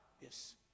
Yes